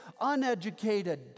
uneducated